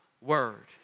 word